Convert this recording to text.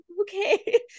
okay